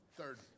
Third